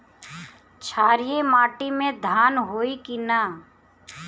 क्षारिय माटी में धान होई की न?